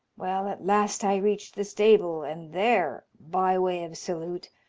well, at last i reached the stable, and there, by way of salute,